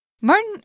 Martin